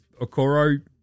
Okoro